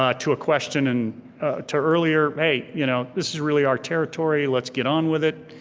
ah to a question, and to earlier, hey, you know this is really our territory, let's get on with it.